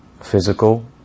physical